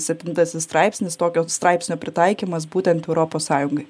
septintasis straipsnis tokio straipsnio pritaikymas būtent europos sąjungai